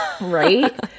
right